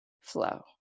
flow